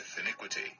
iniquity